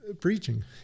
preaching